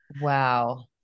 Wow